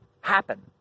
happen